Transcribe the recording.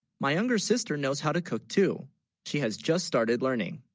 my, younger sister knows how. to cook, too she has just started learning